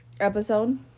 episode